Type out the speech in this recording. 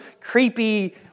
creepy